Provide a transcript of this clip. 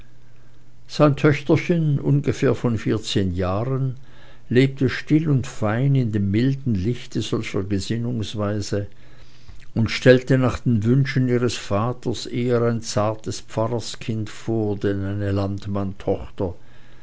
sein töchterchen ungefähr von vierzehn jahren lebte still und fein in dem milden lichte solcher gesinnungsweise und stellte nach den wünschen ihres vaters eher ein zartes pfarrerskind vor denn